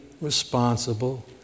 responsible